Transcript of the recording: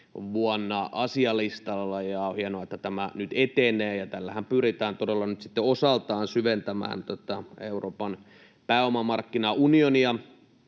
vuonna 2020, ja on hienoa, että tämä nyt etenee. Tällähän pyritään todella nyt osaltaan syventämään Euroopan pääomamarkkinaunionia,